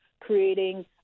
creating